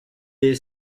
est